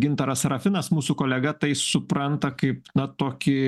gintaras sarafinas mūsų kolega tai supranta kaip na tokį